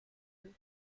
deux